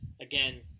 again